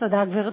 תודה, גברתי.